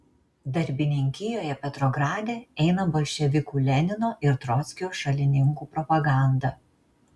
darbininkijoje petrograde eina bolševikų lenino ir trockio šalininkų propaganda